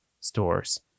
stores